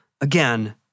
again